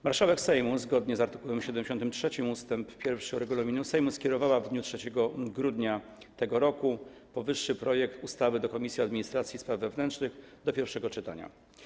Marszałek Sejmu zgodnie z art. 73 ust. 1 regulaminu Sejmu skierowała w dniu 3 grudnia tego roku powyższy projekt ustawy do Komisji Administracji i Spraw Wewnętrznych do pierwszego czytania.